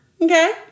Okay